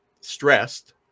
stressed